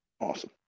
Awesome